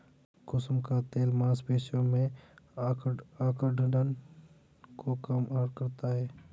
कुसुम का तेल मांसपेशियों में अकड़न को कम करता है